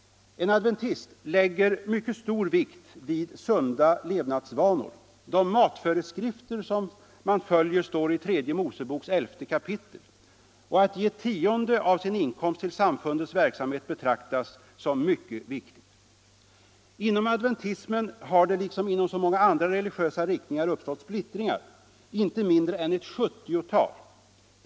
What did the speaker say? — En adventist lägger mycket stor vikt vid sunda levnadsvanor. De matföreskrifter man följer står i 3 Mos. 11 kap. Att ge tionde av sin inkomst till samfundets verksamhet betraktas som mycket viktigt. Inom adventismen har det liksom inom så många andra religiösa riktningar uppstått splittringar, inte mindre än ett 70-tal.